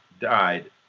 died